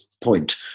point